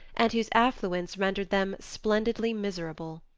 and whose affluence rendered them splendidly miserable.